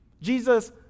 Jesus